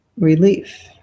relief